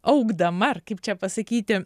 augdama ar kaip čia pasakyti